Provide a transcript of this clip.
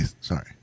sorry